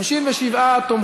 התשע"ז 2017,